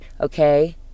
okay